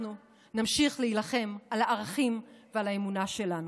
אנחנו נמשיך להילחם על הערכים ועל האמונה שלנו.